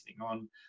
on